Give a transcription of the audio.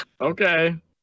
Okay